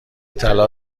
طلا